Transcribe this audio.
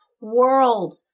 world